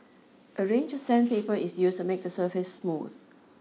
a range of sandpaper is used to make the surface smooth